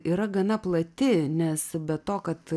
yra gana plati nes be to kad